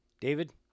David